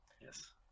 Yes